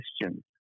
questions